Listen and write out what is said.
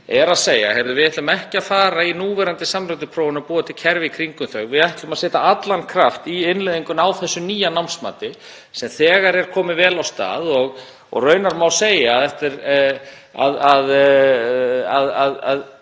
segja: Heyrðu, við ætlum ekki að fara í núverandi samræmd próf og búa til kerfi í kringum þau, við ætlum að setja allan kraft í innleiðingu á því nýja námsmati sem þegar er komið vel af stað og raunar má segja að